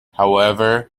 however